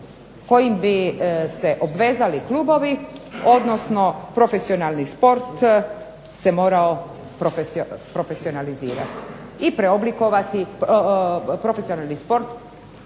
koji bi se obvezali klubovi odnosno profesionalni sport se morao profesionalizirati, profesionalni sport